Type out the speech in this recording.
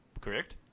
correct